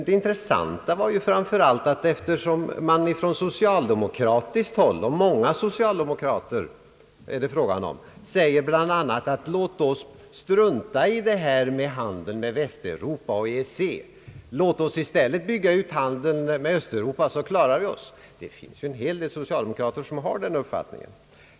Det intressanta var framför allt att många socialdemokrater säger bl.a.: Låt oss strunta i handeln med Västeuropa och EEC, låt oss i stället bygga ut handeln med Östeuropa, så klarar vi oss. Det finns en hel del socialdemokrater som har den uppfattningen.